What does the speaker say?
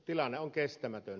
tilanne on kestämätön